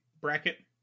bracket